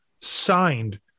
signed